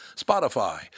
Spotify